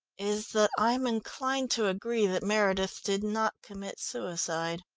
is that i'm inclined to agree that meredith did not commit suicide.